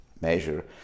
measure